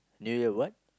New Year what